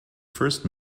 first